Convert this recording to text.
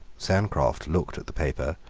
sancroft looked at the paper,